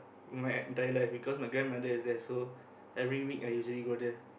my entire life because my grandmother is there so every week I usually go there